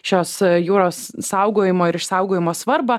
šios jūros saugojimo ir išsaugojimo svarbą